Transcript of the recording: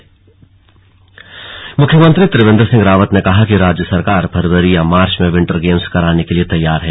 slug winter games मुख्यमंत्री त्रिवेन्द्र सिंह रावत ने कहा कि राज्य सरकार फरवरी या मार्च में विन्टर गेम्स कराने के लिए तैयार है